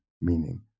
meaning